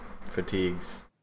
fatigues